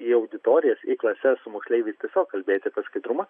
į auditorijas į klases su moksleiviais tiesiog kalbėti kad skaidrumą